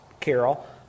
Carol